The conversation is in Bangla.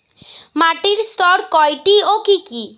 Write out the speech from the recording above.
মাটির স্তর কয়টি ও কি কি?